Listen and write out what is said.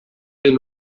been